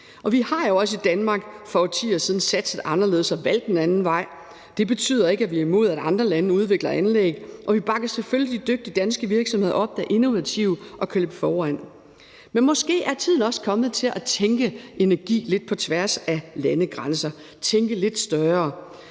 Vi har jo også i Danmark for årtier siden satset anderledes og valgt en anden vej. Det betyder ikke, at vi er imod, at andre lande udvikler anlæg, og vi bakker selvfølgelig de dygtige danske virksomheder op, der er innovative og kan løbe foran. Men måske er tiden også kommet til at tænke energi lidt på tværs af landegrænser, tænke lidt større.